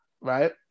right